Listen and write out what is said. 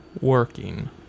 working